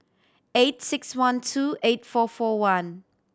eight six one two eight four four one